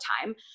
time